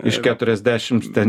iš keturiasdešims ten